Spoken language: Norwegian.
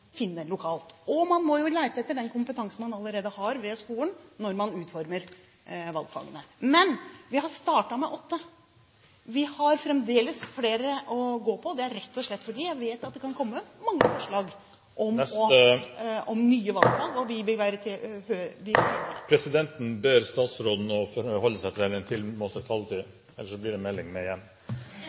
finne lokalt. Og man må lete etter den kompetansen man allerede har ved skolen, når man utformer valgfagene. Vi har startet med åtte, men vi har fremdeles flere å gå på. Det er rett og slett fordi vi vet at det kan komme mange forslag om nye valgfag , og vi vil … Presidenten ber statsråden forholde seg til den tilmålte taletiden, ellers blir det melding med